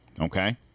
okay